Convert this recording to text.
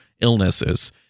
illnesses